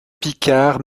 picard